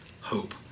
hope